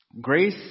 Grace